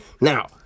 now